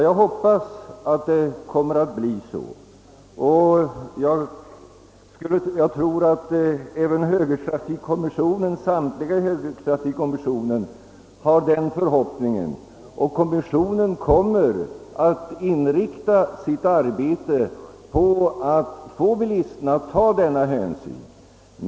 Jag hoppas att herr Bengtson har rätt, och jag tror att samtliga i högertrafikkommissionen hyser den förhoppningen att bilisterna tar denna hänsyn. Kommissionen kommer också att inrikta sitt arbete på att få bilisterna att ta denna hänsyn.